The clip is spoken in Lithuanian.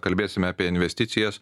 kalbėsime apie investicijas